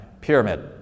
pyramid